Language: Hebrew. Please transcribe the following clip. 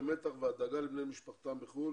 המתח והדאגה לבני משפחתם בחו"ל